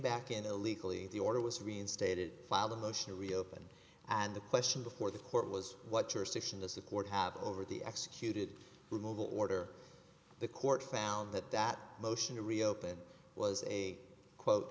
back in illegally the order was reinstated filed a motion to reopen and the question before the court was what jurisdiction is the court have over the executed removal order the court found that that motion to reopen was a quote